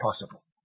possible